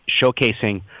showcasing